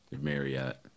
Marriott